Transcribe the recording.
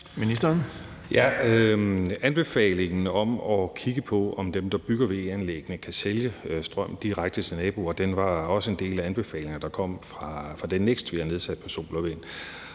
Anbefalingen om at kigge på, om dem, der bygger VE-anlæggene, kan sælge strøm direkte til naboer, var også en del af de anbefalinger, der kom fra den NEKST, vi har nedsat for sol og vind,